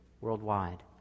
worldwide